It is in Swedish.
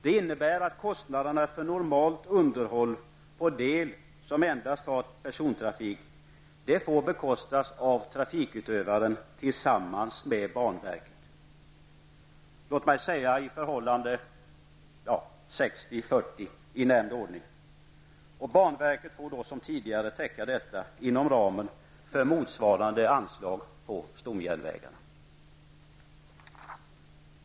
Det innebär att kostnaderna för normalt underhåll på del som endast har persontrafik får bekostas av trafikutövaren tillsammans med banverket -- låt mig säga i förhållande 60/40 i nämnd ordning. Banverket får som tidigare täcka detta inom ramen för motsvarande anslag på stomjärnvägarna.